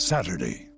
Saturday